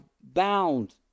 bound